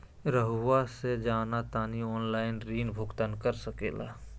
रहुआ से जाना तानी ऑनलाइन ऋण भुगतान कर सके ला?